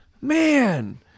man